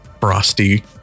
frosty